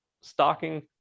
stocking